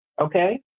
okay